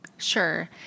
Sure